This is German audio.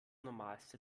normalste